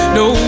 no